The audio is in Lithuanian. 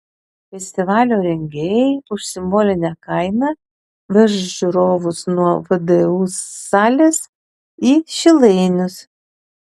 festivalio rengėjai už simbolinę kainą veš žiūrovus nuo vdu salės į šilainius